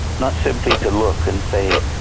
not simply to look and say,